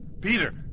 Peter